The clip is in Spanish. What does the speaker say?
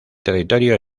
territorio